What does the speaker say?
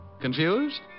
Confused